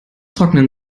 trocknen